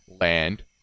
land